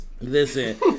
Listen